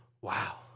wow